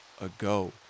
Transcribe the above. ago